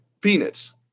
peanuts